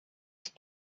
ist